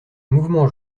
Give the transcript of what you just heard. mouvement